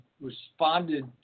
responded